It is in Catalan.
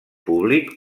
públic